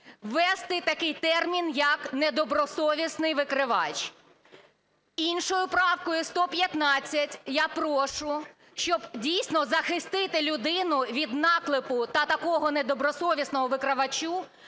ввести такий термін, як "недобросовісний викривач". Іншою правкою, 115, я прошу, щоб дійсно захистити людину від наклепу та такого недобросовісного викривача,